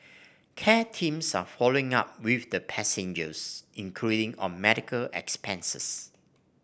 care teams are following up with the passengers including on medical expenses